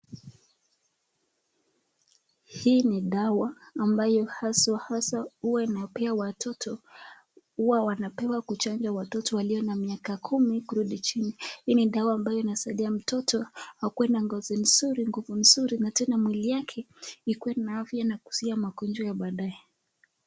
Hii ni dawa ambayo haswa haswa huwa inapewa watoto huwa wanapewa kuchanja watoto walio na miaka kumi na kurudi chini. Hii ni dawa ambayo inasaidia mtoto akuwe na ngozo nzuri, nguvu nzuri na tena mwili yake ikuwe na afya na kuzuia magonjwa ya baadae.